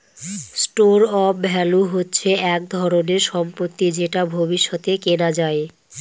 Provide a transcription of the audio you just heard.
store of value হচ্ছে এক ধরনের সম্পত্তি যেটা ভবিষ্যতে কেনা যায়